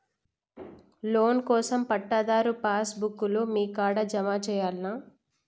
Loan కోసం పట్టాదారు passbook లు మీ కాడా జమ చేయల్నా?